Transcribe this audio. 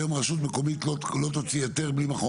היום רשות מקומית לא תוציא היתר בלי מכון